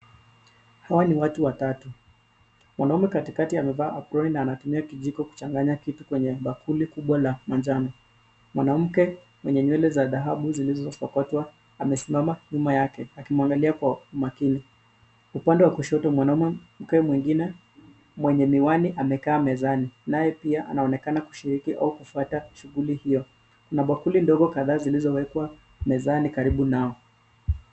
Hawa ni watu watatu .Mwanaume katikati amevaa aproni na anatumia kijiko kuchanganya kitu kwenye bakuli kubwa la manjano. Mwanamke mwenye nywele za dhahabu zilizosokotwa amesimama nyuma yake akimwangalia Kwa umakini. Upande wa kushoto mwanamke mwingine mwenye miwani amekaa mezani. Naye pia anaonekana kushiriki au kufuata shughuli hiyo. Kuna bakuli ndogo kadhaa zilizowekwa mezani karibu nao.